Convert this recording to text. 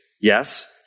Yes